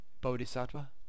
Bodhisattva